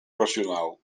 racional